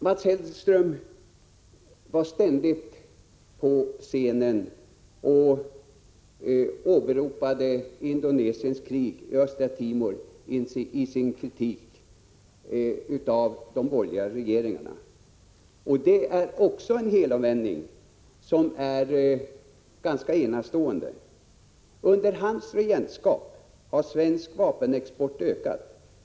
Mats Hellström var ständigt på scenen och åberopade Indonesiens krig i Östra Timor i sin kritik av de borgerliga regeringarna. Härvidlag är det också fråga om en helomvändning som är ganska enastående. Under hans regentskap har svensk vapenexport ökat.